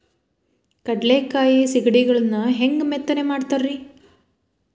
ಕಡಲೆಕಾಯಿ ಸಿಗಡಿಗಳನ್ನು ಹ್ಯಾಂಗ ಮೆತ್ತನೆ ಮಾಡ್ತಾರ ರೇ?